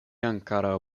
ankoraŭ